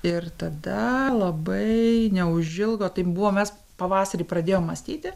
ir tada labai neužilgo taip buvo mes pavasarį pradėjom mąstyti